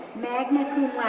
magna